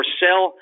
sell